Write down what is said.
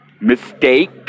Mistake